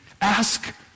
Ask